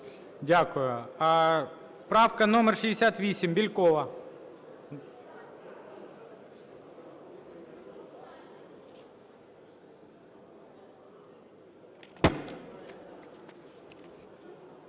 Дякую. Правка номер 68, Бєлькова.